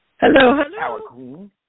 hello